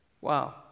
wow